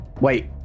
Wait